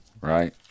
right